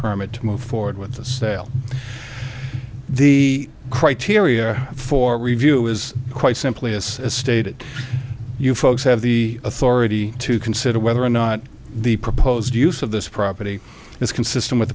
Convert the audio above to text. permit to move forward with the sale the criteria for review is quite simply as stated you folks have the authority to consider whether or not the proposed use of this property is consistent with